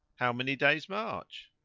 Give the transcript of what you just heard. how many days' march?